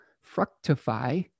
fructify